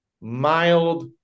mild